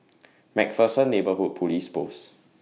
MacPherson Neighbourhood Police Post